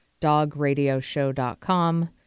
dogradioshow.com